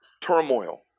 turmoil